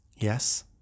Yes